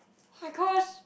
my-gosh